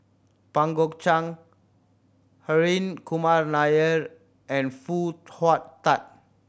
Pang Guek Cheng Hri Kumar Nair and Foo Hong Tatt